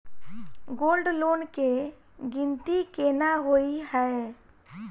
Gold loan केँ गिनती केना होइ हय?